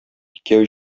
икәү